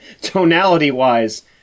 tonality-wise